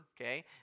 okay